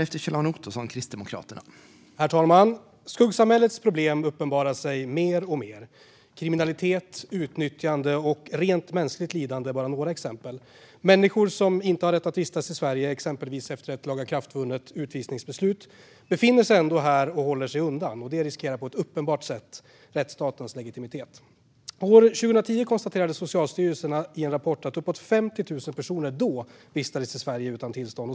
Herr talman! Skuggsamhällets problem uppenbarar sig mer och mer. Kriminalitet, utnyttjande och rent mänskligt lidande är bara några exempel. Människor som inte har rätt att vistas i Sverige, exempelvis efter ett lagakraftvunnet utvisningsbeslut, befinner sig ändå här och håller sig undan. Detta riskerar på ett uppenbart sätt rättsstatens legitimitet. År 2010 konstaterade Socialstyrelsen i en rapport att uppåt 50 000 personer då vistades i Sverige utan tillstånd.